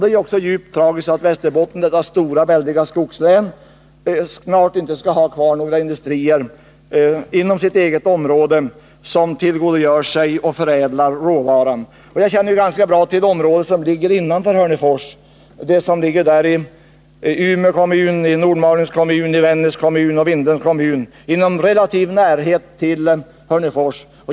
Det är då djupt tragiskt att Västerbotten, detta väldiga skogslän, snart inte skall ha kvar några industrier inom sitt eget område som kan tillgodogöra sig och förädla råvaran. Jag känner ganska bra till området innanför Hörnefors. Umeå kommun, Nordmalings kommun, Vännäs kommun och Vindelns kommun ligger alla relativt nära Hörnefors.